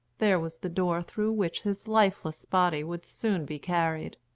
there was the door through which his lifeless body would soon be carried.